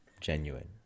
Genuine